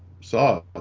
saw